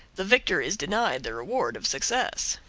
the victor is denied the reward of success.